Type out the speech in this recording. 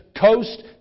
coast